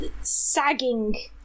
sagging